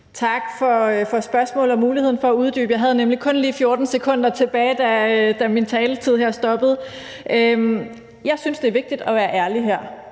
Tak for spørgsmålet og muligheden for at uddybe det. Jeg havde nemlig kun lige 14 sekunder tilbage, da min taletid her stoppede. Jeg synes, det er vigtigt at være ærlig her.